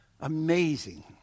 amazing